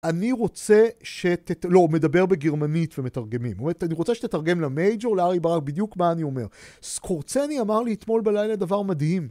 אני רוצה ש... לא, הוא מדבר בגרמנית ומתרגמים. זאת אומרת, אני רוצה שתתרגם למייג'ור, לארי ברק, בדיוק מה אני אומר. סקורצני אמר לי אתמול בלילה דבר מדהים.